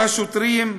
והשוטרים,